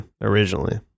originally